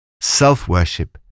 self-worship